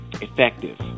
effective